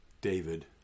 David